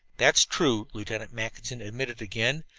that's true, lieutenant mackinson admitted again,